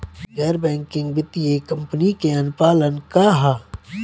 गैर बैंकिंग वित्तीय कंपनी के अनुपालन का ह?